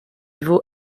vous